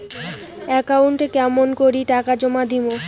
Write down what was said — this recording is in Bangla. একাউন্টে কেমন করি টাকা জমা দিম?